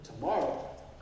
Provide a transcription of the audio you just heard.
Tomorrow